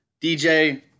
DJ